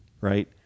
right